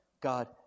God